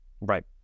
Right